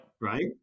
right